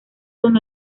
con